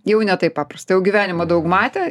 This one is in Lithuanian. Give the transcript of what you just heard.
jau ne taip paprasta jau gyvenimo daug matę